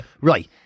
Right